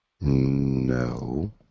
No